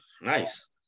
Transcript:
Nice